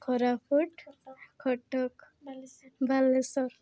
Koraput Cuttack Balasore